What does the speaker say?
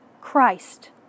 Christ